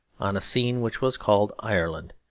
on a scene which was called ireland,